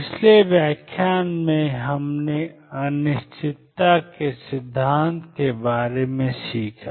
पिछले व्याख्यान में हमने अनिश्चितता के सिद्धांत के बारे में सीखा